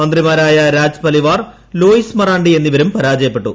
മന്ത്രിമാരായ ് രാജ് പലിവാർ ലോയിസ് മറാണ്ടി എന്നിവരും പരാജയപ്പെട്ടു